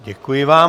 Děkuji vám.